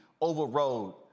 overrode